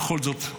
בכל זאת,